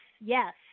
yes